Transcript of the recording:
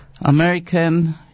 American